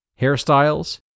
hairstyles